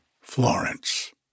Florence